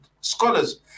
scholars